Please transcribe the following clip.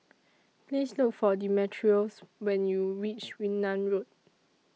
Please Look For Demetrios when YOU REACH Yunnan Road